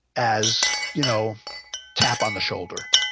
as you know tap on the shoulder,